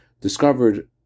discovered